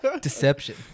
Deception